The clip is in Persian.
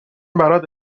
برات